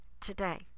today